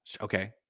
Okay